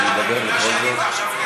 הוא ידבר בכל זאת.